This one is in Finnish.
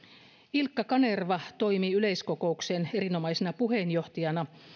ilkka kanerva toimi yleiskokouksen erinomaisena puheenjohtajana